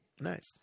Nice